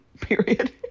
period